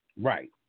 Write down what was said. right